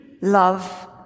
love